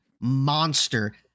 monster